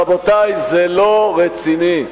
רבותי, זה לא רציני.